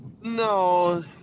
No